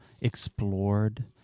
explored